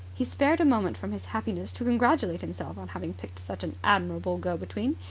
he spared a moment from his happiness to congratulate himself on having picked such an admirable go-between.